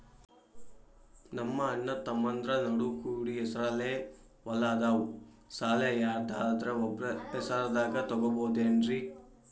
ನಮ್ಮಅಣ್ಣತಮ್ಮಂದ್ರ ನಡು ಕೂಡಿ ಹೆಸರಲೆ ಹೊಲಾ ಅದಾವು, ಸಾಲ ಯಾರ್ದರ ಒಬ್ಬರ ಹೆಸರದಾಗ ತಗೋಬೋದೇನ್ರಿ?